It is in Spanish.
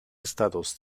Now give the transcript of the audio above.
estados